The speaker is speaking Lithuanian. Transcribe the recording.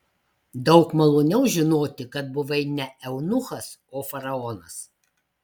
daug maloniau žinoti kad buvai ne eunuchas o faraonas